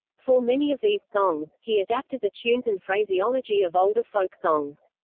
for many of these songs, he adapted the tunes and phraseology of older folk songs.